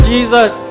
Jesus